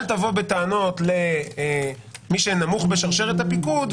תבוא בטענות למי שנמוך בשרשרת הפיקוד,